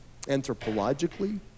anthropologically